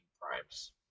primes